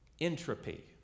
entropy